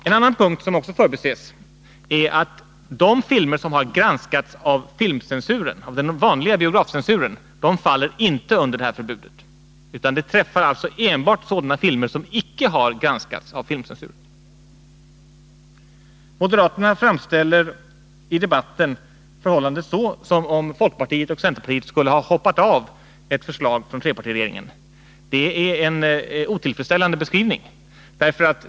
En annan punkt som också förbises är att de filmer som har granskats av filmcensuren, dvs. den vanliga biografcensuren, inte faller under detta förbud. Förbudet gäller alltså enbart sådana filmer som icke har granskats av filmcensuren. I debatten framställer moderaterna förhållandet som om centerpartiet och folkpartiet skulle ha hoppat av ett förslag från trepartiregeringen. Det är en otillfredsställande beskrivning.